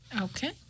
Okay